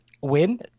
win